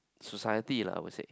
society lah I would said